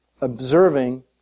observing